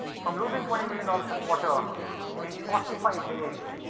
from losing twenty million dollars a quarter in forty five days,